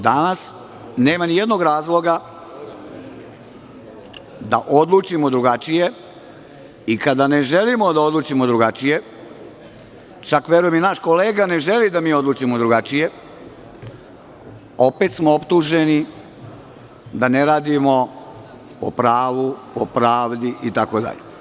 Danas nema nijednog političkog razloga da odlučimo drugačije i kada ne želimo da odlučimo drugačije, čak verujem i naš kolega ne želi da mi odlučimo drugačije, opet smo optuženi da ne radimo po pravu, po pravdi, itd.